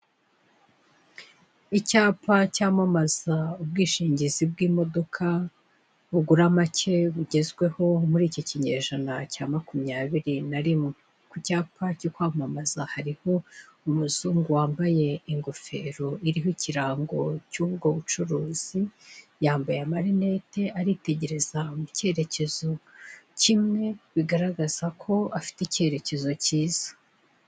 Icyapa cyamamaza ubwishingizi bw'imodoka bugura make bugezweho muri iki kinyejana cya makumyabiri na rimwe, ku cyapa cyo kwamamaza hariho umuzungu wambaye ingofero iriho ikirango cy'ubwo bucuruzi, yambaye amarineti aritegereza mu cyerekezo kimwe bigaragaza ko afite icyerekezo cyiza.